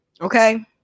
Okay